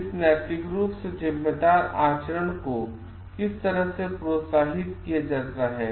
इस नैतिक रूप से जिम्मेदार आचरण को किस तरह प्रोत्साहित किया जाता है